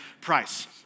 price